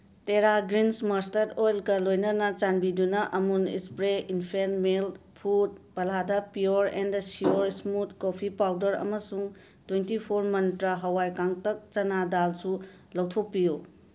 ꯇꯦꯔꯥ greens mustard ꯑꯣꯏꯜꯒ ꯂꯣꯏꯅꯅ ꯆꯥꯟꯕꯤꯗꯨꯅ ꯑꯃꯨꯜ ꯏꯁꯄ꯭ꯔꯦ ꯏꯟꯐꯦꯟꯠ ꯃꯤꯜꯛ ꯐꯨꯗ ꯄꯂꯥꯗꯥ pure and sure smooth coffee powder ꯑꯃꯁꯨꯡ ꯇ꯭ꯋꯦꯟꯇꯤ ꯐꯣꯔ ꯃꯟꯇ꯭ꯔ ꯍꯋꯥꯏ ꯀꯥꯡꯇꯛ ꯆꯅꯥ ꯗꯥꯜꯁꯨ ꯂꯧꯊꯣꯛꯄꯤꯌꯨ